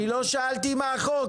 אני לא שאלתי מה החוק,